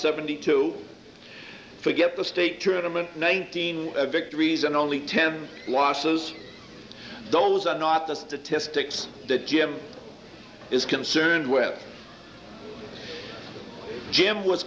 seventy two forget the state tournament nineteen victories and only ten losses those are not the statistics the gym is concerned with jim was